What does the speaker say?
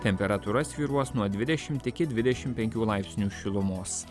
temperatūra svyruos nuo dvidešim iki dvidešim penkių laipsnių šilumos